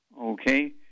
Okay